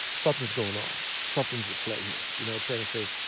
something's going on. something's at play here, you know trying to say.